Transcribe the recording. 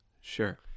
Sure